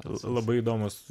labai įdomūs